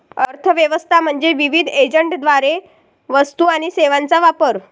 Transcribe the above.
अर्थ व्यवस्था म्हणजे विविध एजंटद्वारे वस्तू आणि सेवांचा वापर